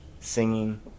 singing